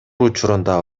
учурунда